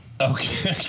Okay